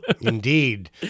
Indeed